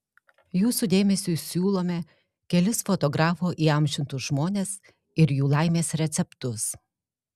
jūsų dėmesiui siūlome kelis fotografo įamžintus žmones ir jų laimės receptus